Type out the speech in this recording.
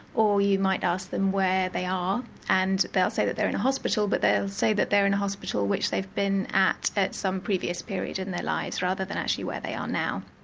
or you might ask them where they are and they'll say that they're in hospital, but they'll say that they're in hospital which they've been at at some previous period in their lives, rather than actually where they are now.